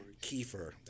Kiefer